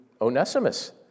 Onesimus